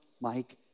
Mike